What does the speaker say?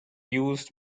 used